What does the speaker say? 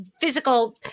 physical